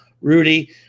Rudy